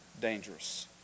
dangerous